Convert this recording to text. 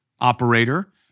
operator